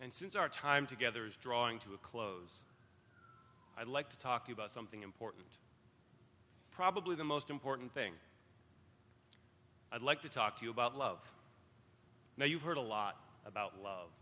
and since our time together is drawing to a close i'd like to talk about something important probably the most important thing i'd like to talk to you about love now you've heard a lot about love